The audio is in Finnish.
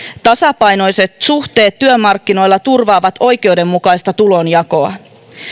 tasapainoiset suhteet työmarkkinoilla turvaavat oikeudenmukaista tulonjakoa